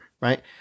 right